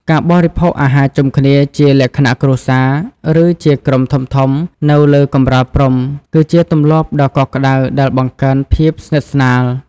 ការបរិភោគអាហារជុំគ្នាជាលក្ខណៈគ្រួសារ ឬជាក្រុមធំៗនៅលើកម្រាលព្រំ គឺជាទម្លាប់ដ៏កក់ក្តៅដែលបង្កើនភាពស្និទ្ធស្នាល។